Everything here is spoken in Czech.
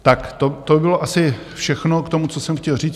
Tak, to bylo asi všechno k tomu, co jsem chtěl říct.